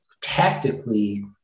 tactically